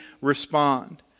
respond